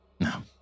No